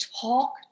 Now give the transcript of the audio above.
talk